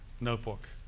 notebook